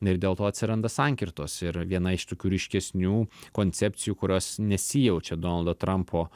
ir dėl to atsiranda sankirtos ir viena iš tokių ryškesnių koncepcijų kurios nesijaučia donaldo trampo